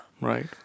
Right